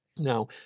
Now